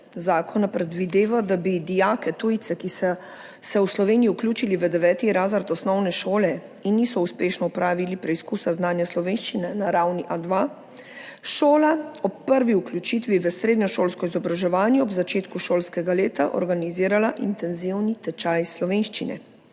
zakona predvideva, da bi dijake tujce, ki so se v Sloveniji vključili v 9. razred osnovne šole in niso uspešno opravili preizkusa znanja slovenščine na ravni A2, šola ob prvi vključitvi v srednješolsko izobraževanje ob začetku šolskega leta organizirala intenzivni tečaj slovenščine,